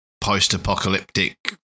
post-apocalyptic